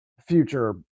future